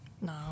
No